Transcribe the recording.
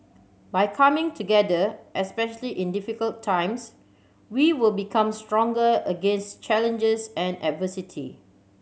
by coming together especially in difficult times we will become stronger against challenges and adversity